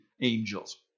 angels